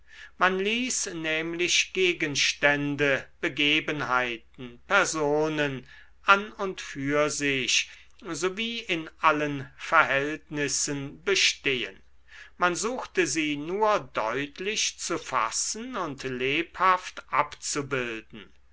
man ließ nämlich gegenstände begebenheiten personen an und für sich sowie in allen verhältnissen bestehen man suchte sie nur deutlich zu fassen und lebhaft abzubilden